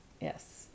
Yes